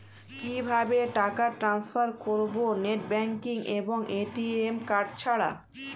কিভাবে টাকা টান্সফার করব নেট ব্যাংকিং এবং এ.টি.এম কার্ড ছাড়া?